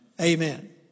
Amen